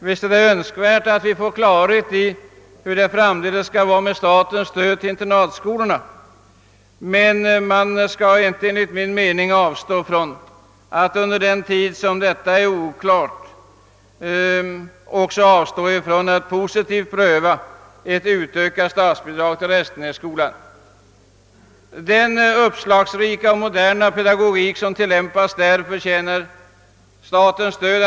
Visst är det önskvärt att vi får klarhet rörande statens framtida stöd till internatskolorna, men enligt min mening skall man inte avstå från att under den tid detta är oklart positivt pröva en ökning av statsbidraget till Restenässkolan. Den uppslagsrika och moderna pedagogik som prövas där förtjänar statens stöd.